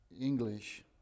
English